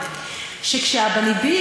שכש"אבניבי"